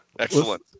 Excellent